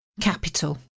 capital